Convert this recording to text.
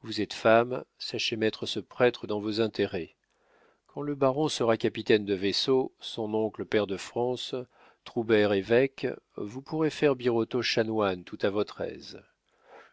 vous êtes femme sachez mettre ce prêtre dans vos intérêts quand le baron sera capitaine de vaisseau son oncle pair de france troubert évêque vous pourrez faire birotteau chanoine tout à votre aise